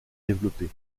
développé